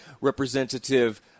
Representative